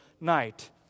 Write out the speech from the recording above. night